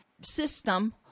system